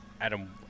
Adam